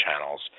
channels